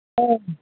औ